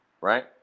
right